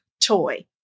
toy